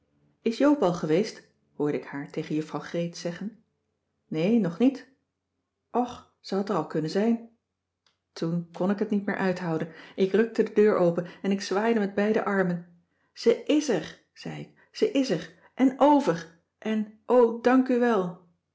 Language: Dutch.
is joop al geweest hoorde ik haar tegen juffrouw greet zeggen nee nog niet och ze had er al kunnen zijn toen kon ik t niet meer uithouden ik rukte de deur open en ik zwaaide met beide armen ze s er zei ik ze is er en over en o dank u